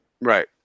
Right